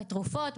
בתרופות,